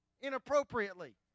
inappropriately